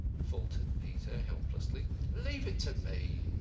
faltered peter, helplessly leave it to me.